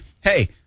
hey